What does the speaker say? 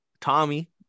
Tommy